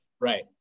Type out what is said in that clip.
Right